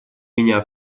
меня